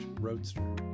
Roadster